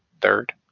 third